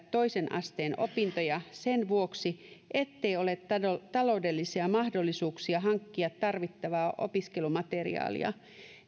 toisen asteen opintoja sen vuoksi ettei ole taloudellisia mahdollisuuksia hankkia tarvittavaa opiskelumateriaalia